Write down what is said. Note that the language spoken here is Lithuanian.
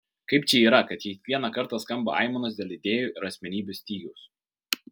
kaip čia yra kad kiekvieną kartą skamba aimanos dėl idėjų ir asmenybių stygiaus